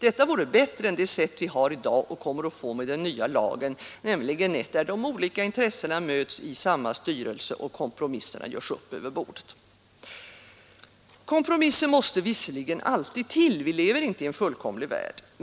Det vore bättre än det sätt vi har i dag och kommer att få med den nya lagen, nämligen ett system där de olika intressena möts i samma styrelse och kompromisserna görs över bordet. Kompromisser måste visserligen alltid till, vi lever inte i en fullkomlig värld.